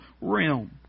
realm